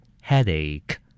headache